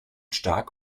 stark